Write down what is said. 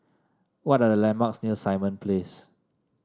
what are the landmarks near Simon Place